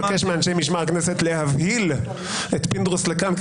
אני אבקש מאנשי משמר הכנסת להבהיל את פינדרוס לכאן,